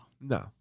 No